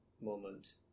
moment